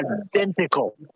identical